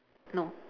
no